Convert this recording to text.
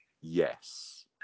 yes